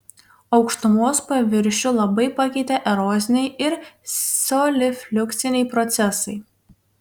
aukštumos paviršių labai pakeitė eroziniai ir solifliukciniai procesai